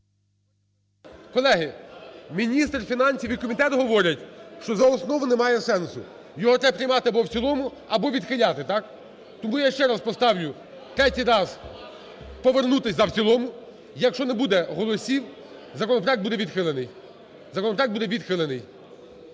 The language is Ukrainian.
Колеги, міністр фінансів і комітет говорять, що за основу немає сенсу, його треба приймати або в цілому, або відхиляти. Так? Тому я ще раз поставлю, третій раз повернутися за в цілому, якщо не буде голосів, законопроект буде відхилений.